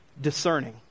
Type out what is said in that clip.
discerning